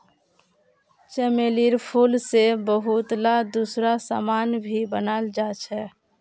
चमेलीर फूल से बहुतला दूसरा समान भी बनाल जा छे